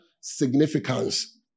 significance